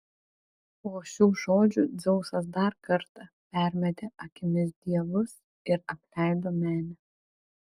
po šių žodžių dzeusas dar kartą permetė akimis dievus ir apleido menę